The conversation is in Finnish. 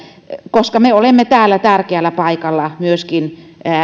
koska me olemme täällä tärkeällä paikalla myöskin